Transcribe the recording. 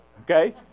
okay